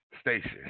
station